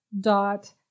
dot